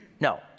No